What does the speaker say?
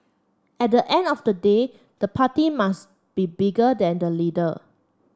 at the end of the day the party must be bigger than the leader